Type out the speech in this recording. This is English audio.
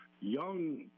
young